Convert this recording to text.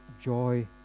joy